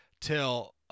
till